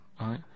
right